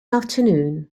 afternoon